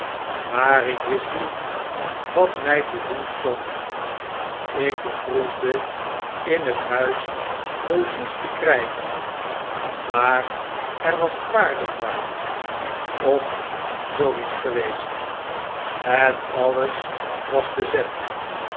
maar ik wist niet wat my te doen stond ik beproefde in het huis logies te krygen maar er was paardenmarkt of zoo iets geweest en alles was bezet